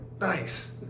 nice